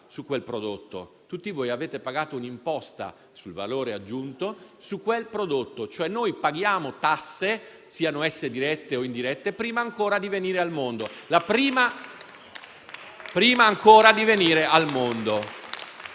tutti voi avete pagato un imposta sul valore aggiunto su quel prodotto; cioè noi paghiamo tasse, siano esse dirette o indirette, prima ancora di venire al mondo.